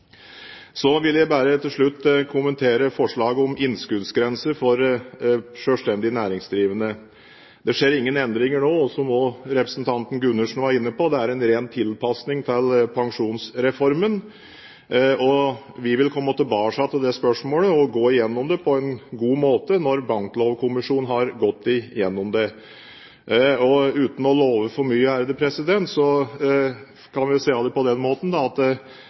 Så vil jeg bare til slutt kommentere forslaget om innskuddsgrenser for selvstendig næringsdrivende. Det skjer ingen endringer nå, og som også representanten Gundersen var inne på, er det en ren tilpasning til pensjonsreformen. Vi vil komme tilbake til det spørsmålet og gå gjennom det på en god måte når Banklovkommisjonen har gått igjennom det. Uten å love for mye kan vi vel si at det ikke er urealistisk å forvente at